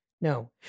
No